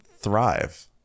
thrive